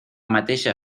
mateixa